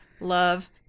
love